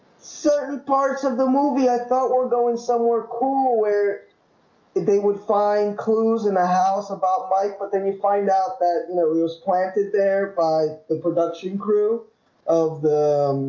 certain parts of the movie i thought were going somewhere cool where they would find clues in a house about bike but then you find out that nobody was planted there by the production crew of the